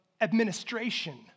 administration